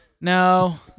No